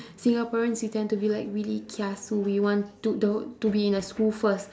singaporeans we tend to be like really kiasu we want to to~ to be in a school first